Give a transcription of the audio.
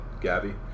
Gabby